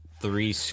three